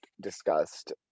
discussed